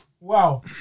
Wow